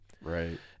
Right